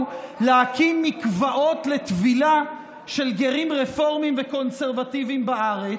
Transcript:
להקים מקוואות לטבילה של גרים רפורמים וקונסרבטיבים בארץ.